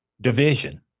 Division